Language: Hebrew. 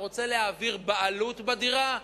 אתה רוצה להעביר בעלות בדירה,